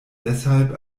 deshalb